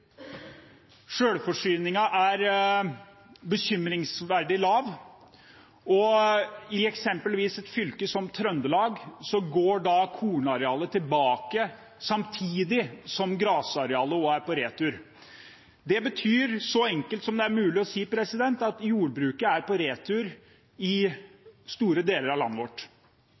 Selvforsyningen er bekymringsverdig lav, og i eksempelvis et fylke som Trøndelag går kornarealet tilbake samtidig som grasarealet også er på retur. Det betyr, så enkelt som det er mulig å si det, at jordbruket er på retur i store deler av landet vårt.